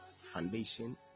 foundation